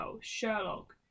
Sherlock